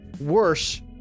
worse